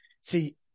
See